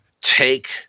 take